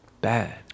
bad